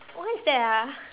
what is that ah